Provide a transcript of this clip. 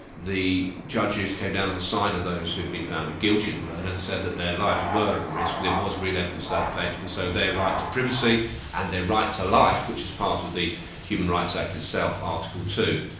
the judges came down on the side of those who'd been found guilty of murder and said that their lives were at risk, there was real evidence to that effect, and so their right to privacy and their right to life, which is part of the human rights act itself, article two,